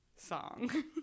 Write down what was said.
Song